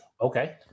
Okay